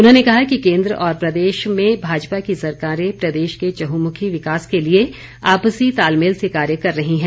उन्होंने कहा कि केंद्र और प्रदेश में भाजपा की सरकारें प्रदेश के चहमुखी विकास के लिए आपसी तालमेल से कार्य कर रही हैं